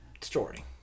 story